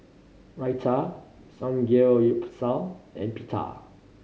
Raita Samgyeopsal and Pita